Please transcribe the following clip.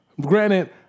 granted